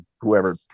whoever